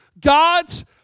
God's